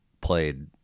played